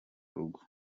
rugo